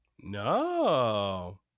no